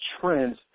trends